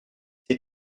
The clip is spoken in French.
ces